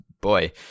boy